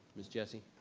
ms. jessie?